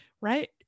right